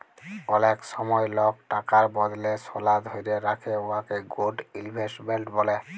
অলেক সময় লক টাকার বদলে সলা ধ্যইরে রাখে উয়াকে গোল্ড ইলভেস্টমেল্ট ব্যলে